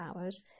hours